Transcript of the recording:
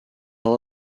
all